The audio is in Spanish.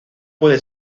puede